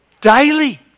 Daily